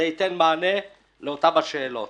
זה ייתן מענה לאותן שאלות.